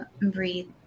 breathe